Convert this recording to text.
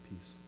peace